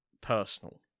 personal